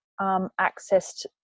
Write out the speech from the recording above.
accessed